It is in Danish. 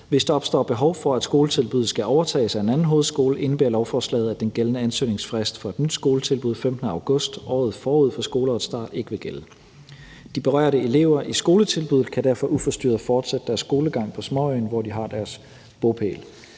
Hvis der opstår behov for, at skoletilbuddet skal overtages af en anden hovedskole, indebærer lovforslaget, at den gældende ansøgningsfrist for et nyt skoletilbud – den 15. august året forud for skoleårets start – ikke vil gælde. De berørte elever i skoletilbuddet kan derfor uforstyrret fortsætte deres skolegang på småøen, hvor de har deres bopæl.